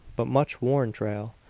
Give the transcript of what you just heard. but much worn trail.